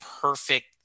perfect